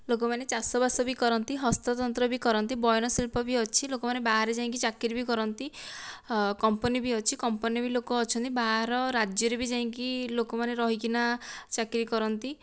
ଲୋକମାନେ ଚାଷ ବାସ ବି କରନ୍ତି ହସ୍ତତନ୍ତ୍ର ବି କରନ୍ତି ବୟନ ଶିଳ୍ପ ବି ଅଛି ଲୋକ ମାନେ ବାହାରେ ଯାଇକି ଚାକିରି ବି କରନ୍ତି କମ୍ପାନୀ ବି ଅଛି କମ୍ପାନୀରେ ବି ଲୋକ ଅଛନ୍ତି ବାହାର ରାଜ୍ୟ ରେ ବି ଯାଇକି ଲୋକମାନେ ରହିକିନା ଚାକିରି କରନ୍ତି